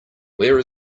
where